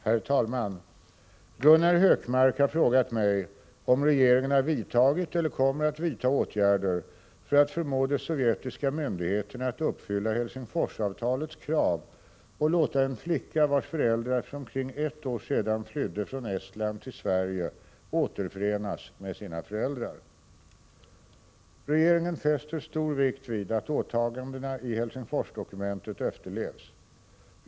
Herr talman! Gunnar Hökmark har frågat mig om regeringen har vidtagit eller kommer att vidta åtgärder för att förmå de sovjetiska myndigheterna att uppfylla Helsingforsavtalets krav och låta en flicka, vars föräldrar för omkring ett år sedan flydde från Estland till Sverige, återförenas med sina föräldrar. Regeringen fäster stor vikt vid att åtagandena i Helsingforsdokumentet efterlevs.